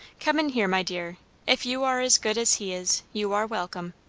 come in here, my dear if you are as good as he is, you are welcome.